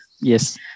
Yes